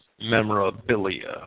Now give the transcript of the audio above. Memorabilia